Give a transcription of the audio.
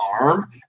arm